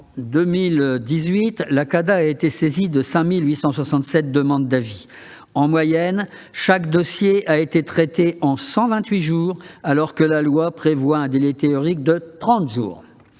En 2018, la CADA a été saisie de 5 867 demandes d'avis. En moyenne, chaque dossier a été traité en 128 jours, alors que la loi fixe un délai théorique de 30 jours.